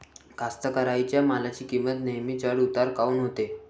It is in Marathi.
कास्तकाराइच्या मालाची किंमत नेहमी चढ उतार काऊन होते?